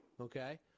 okay